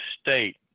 State